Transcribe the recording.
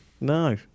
no